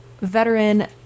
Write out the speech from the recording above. veteran